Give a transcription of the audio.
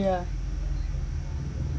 yeah